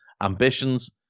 ambitions